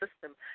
System